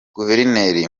guverineri